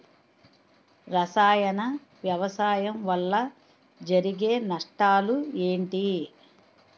రసాయన వ్యవసాయం వల్ల జరిగే నష్టాలు ఏంటి?